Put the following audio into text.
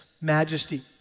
majesty